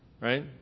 right